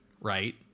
right